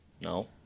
No